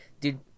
dude